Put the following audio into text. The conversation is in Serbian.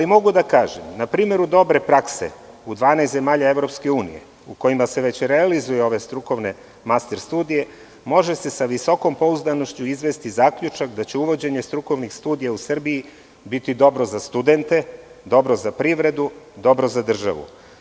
Mogu da kažem da na primeru dobre prakse u zemljama EU u kojima se već realizuju ove strukovne master studije može se sa visokom pouzdanošću izvesti zaključak da će uvođenje strukovnih studija u Srbiji biti dobro za studente, dobro za privredu, dobro za državu.